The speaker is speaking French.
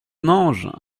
ange